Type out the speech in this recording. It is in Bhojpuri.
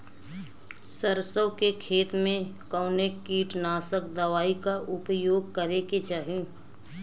सरसों के खेत में कवने कीटनाशक दवाई क उपयोग करे के चाही?